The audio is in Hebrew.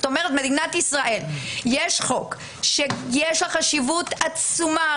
יש חוק במדינת ישראל שיש לו חשיבות עצומה.